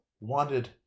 wanted